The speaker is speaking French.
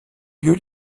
lieu